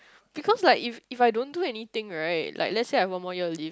because like if if I don't do anything right like let's say I have one more year to live